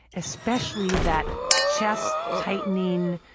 especially that chest-tightening